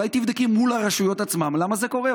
אולי תבדקי מול הרשויות עצמן למה זה קורה.